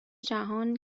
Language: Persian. جهان